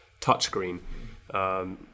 touchscreen